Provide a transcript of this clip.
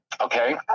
Okay